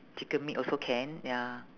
chicken meat also can ya